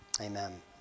Amen